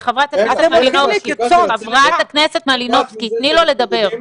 חברת הכנסת מלינובסקי, תני לו לדבר.